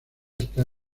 está